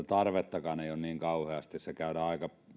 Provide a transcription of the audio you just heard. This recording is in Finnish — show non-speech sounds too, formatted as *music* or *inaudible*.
*unintelligible* tarvettakaan ei ole niin kauheasti se käydään aika